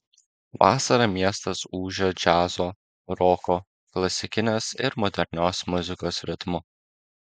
vasarą miestas ūžia džiazo roko klasikinės ir modernios muzikos ritmu